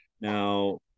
Now